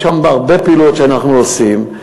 יש שם הרבה פעילויות שאנחנו עושים.